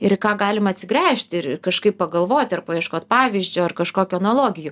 ir į ką galima atsigręžti ir kažkaip pagalvoti ar paieškot pavyzdžio ar kažkokių analogijų